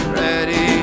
ready